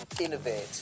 Innovate